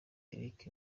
eric